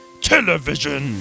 television